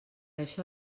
això